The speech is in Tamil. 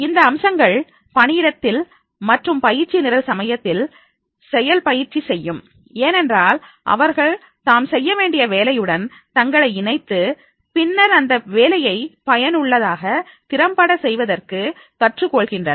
இந்த அம்சங்கள் பணியிடத்தில் மற்றும் பயிற்சி நிரல் சமயத்தில் செயல் பயிற்சிசெய்யும் ஏனென்றால் அவர்கள் தாம் செய்ய வேண்டிய வேலையுடன் தங்களை இணைத்து பின்னர் அந்த வேலையை பயனுள்ளதாக திறம்பட செய்வதற்கு கற்றுக் கொள்கின்றனர்